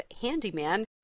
handyman